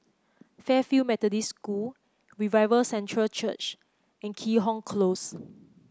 Fairfield Methodist School Revival Centre Church and Keat Hong Close